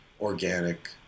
organic